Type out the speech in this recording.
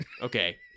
Okay